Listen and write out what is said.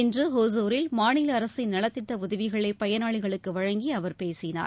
இன்று ஒசூரில் மாநிலஅரசின் நலத்திட்ட உதவிகளை பயனாளிகளுக்கு வழங்கி அவர் பேசினார்